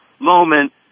moment